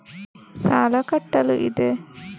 ಸಾಲ ಕಟ್ಟಲು ಇದೆ